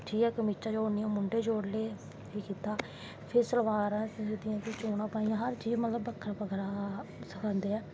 ठीक ऐ कमाचां जोड़ी लेईयां म्हूंडे जोड़ी ले एगह् किता फिर सलवार गी चोनां पाईयां मतलव हर चीज़ बक्खरा बकक्खरा सखांदे ऐ मुश्कल